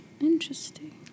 interesting